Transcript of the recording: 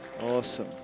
Awesome